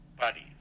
Buddies